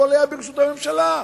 הכול היה ברשות הממשלה,